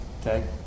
Okay